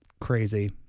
crazy